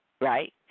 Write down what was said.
right